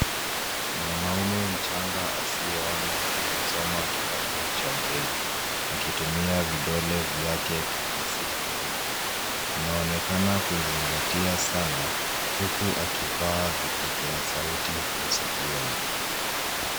Mwanaume mchanga asiyeona anasoma kitabu cha braili akitumia vidole vyake kuhisi herufi ,anaonekana kuzingatia sana huku akivaa vipokea sauti masikioni.